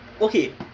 Okay